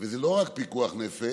וזה לא רק פיקוח נפש